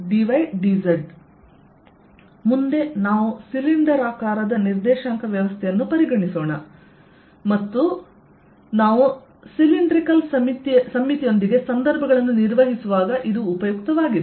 dVdxdydz ಮುಂದೆ ನಾವು cylinder ಆಕಾರದ ನಿರ್ದೇಶಾಂಕ ವ್ಯವಸ್ಥೆಯನ್ನು ಪರಿಗಣಿಸೋಣ ಮತ್ತು ನಾವು ಸಿಲಿಂಡರಾಕಾರದ ಸಮ್ಮಿತಿಯೊಂದಿಗೆ ಸಂದರ್ಭಗಳನ್ನು ನಿರ್ವಹಿಸುವಾಗ ಇದು ಉಪಯುಕ್ತವಾಗಿದೆ